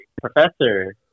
professor